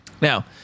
now